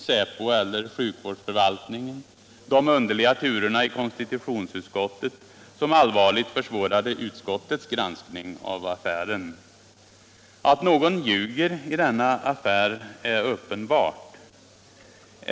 Säpo eller sjukvårdsförvaltningen; de underliga turerna i konstitutionsutskottet som allvarligt försvårade utskottets granskning av affären. Att någon ljuger i denna affär är uppenbart.